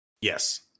Yes